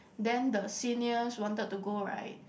then the seniors wanted to go right